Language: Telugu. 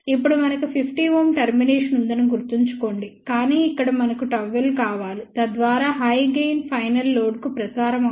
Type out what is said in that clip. ఇప్పుడు మనకు 50 Ω టర్మినేషన్ ఉందని గుర్తుంచుకోండి కాని ఇక్కడ మనకు ΓL కావాలి తద్వారా హై గెయిన్ ఫైనల్ లోడ్కు ప్రసారం అవుతుంది